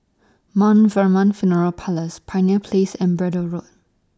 Mt Vernon Funeral Parlours Pioneer Place and Braddell Road